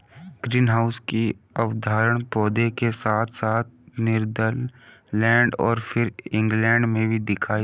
greenhouse की अवधारणा पौधों के साथ साथ नीदरलैंड और फिर इंग्लैंड में भी दिखाई दी